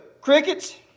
crickets